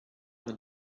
than